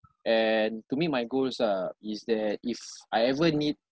and to me my goals ah is that if I ever need